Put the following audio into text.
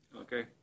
Okay